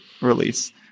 release